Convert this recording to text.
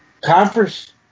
conference